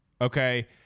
Okay